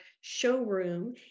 showroom